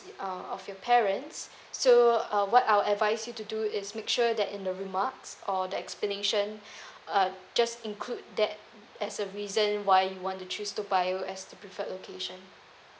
uh of your parents so uh what I will advise you to do is make sure that in the remarks or that explanation uh just include that as a reason why you want to choose toa payoh as the preferred location